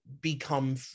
become